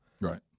Right